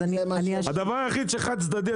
אם זה מה ש- -- הדבר היחיד שחד צדדי,